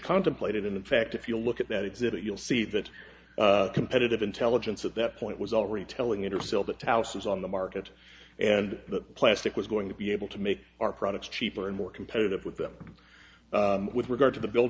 contemplated in fact if you look at that exhibit you'll see that competitive intelligence at that point was already telling it or sell that house was on the market and that plastic was going to be able to make our products cheaper and more competitive with them with regard to